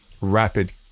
rapid